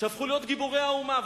שהפכו להיות גיבורי האומה,